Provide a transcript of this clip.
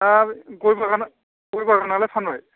दा गय बागान गय बागानालाय फानबाय